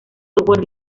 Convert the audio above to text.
software